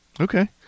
Okay